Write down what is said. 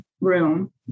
room